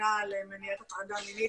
ממונה על מניעת הטרדה מינית